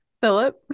Philip